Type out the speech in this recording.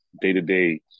day-to-day